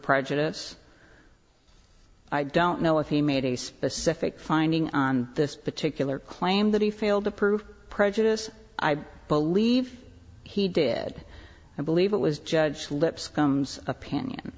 prejudice i don't know if he made a specific finding on this particular claim that he failed to prove prejudice i believe he did i believe it was judge lips comes opinion